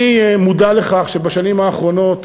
אני מודע לכך שבשנים האחרונות